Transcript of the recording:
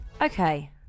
okay